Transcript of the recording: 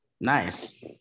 Nice